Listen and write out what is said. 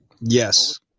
yes